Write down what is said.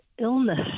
illness